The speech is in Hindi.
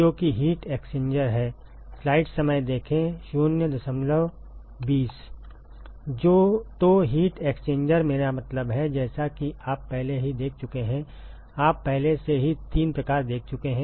तो हीट एक्सचेंजर मेरा मतलब है जैसा कि आप पहले ही देख चुके हैंआप पहले से ही तीन प्रकार देख चुके हैं